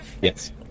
Yes